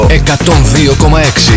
102,6